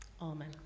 Amen